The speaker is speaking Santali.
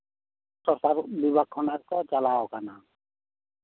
ᱥᱚᱨᱠᱟᱨ ᱵᱤᱵᱷᱟᱜᱽ ᱠᱷᱚᱱ ᱠᱚ ᱪᱟᱞᱟᱣ ᱠᱟᱱᱟ